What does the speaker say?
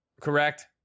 Correct